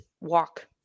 walk